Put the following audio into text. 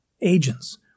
agents